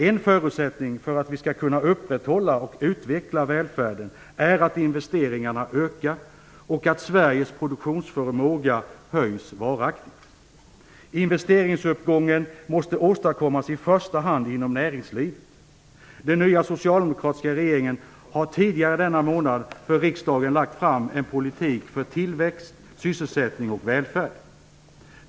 En förutsättning för att vi skall kunna upprätthålla och utveckla välfärden är att investeringarna ökar och att Sveriges produktionsförmåga höjs varaktigt. Investeringsuppgången måste åstadkommas i första hand inom näringslivet. Den nya socialdemokratiska regeringen har tidigare denna månad för riksdagen lagt fram en politik för tillväxt, sysselsättning och välfärd.